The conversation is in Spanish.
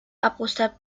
apostar